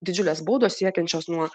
didžiulės baudos siekiančios nuo